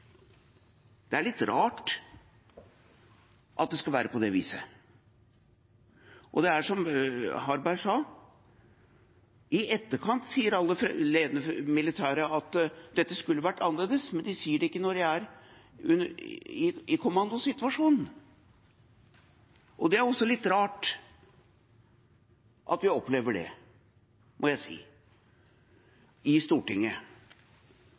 at det skal være på det viset. Som representanten Harberg sa: I etterkant sier alle ledende militære at dette skulle vært annerledes, men det sier de ikke når de er i en kommandosituasjon. Det er også litt rart, må jeg si, at vi i Stortinget opplever